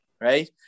right